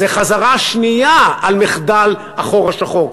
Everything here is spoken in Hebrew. זאת חזרה שנייה על מחדל החור השחור.